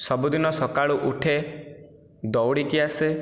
ସବୁଦିନ ସକାଳୁ ଉଠେ ଦୌଡ଼ିକି ଆସେ